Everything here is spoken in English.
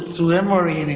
to emory